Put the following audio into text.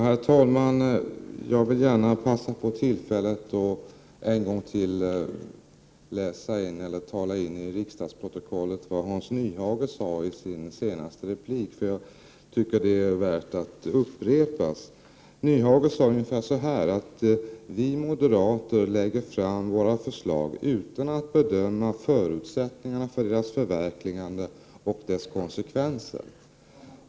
Herr talman! Jag vill gärna passa på tillfället att ännu en gång tala in till riksdagens protokoll vad Hans Nyhage sade i sin senaste replik, för jag tycker att det är värt att upprepas. Hans Nyhage sade ungefär så här: Vi moderater lägger fram våra förslag utan att bedöma förutsättningarna för deras förverkligande och deras konsekvenser.